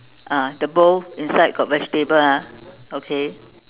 ah the bowl inside got vegetable ah okay